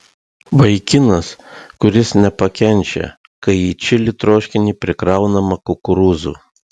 vaikinas kuris nepakenčia kai į čili troškinį prikraunama kukurūzų